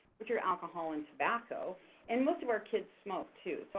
which are alcohol and tobacco and most of our kids smoke too, so